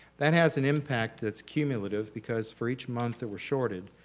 that has an impact that's cumulative because for each month that we're shorted,